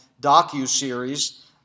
docu-series